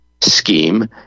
scheme